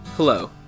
Hello